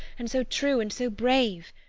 and so true, and so brave!